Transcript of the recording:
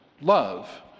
love